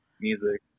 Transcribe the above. music